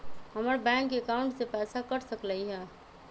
हमर bank account से पैसा कट सकलइ ह?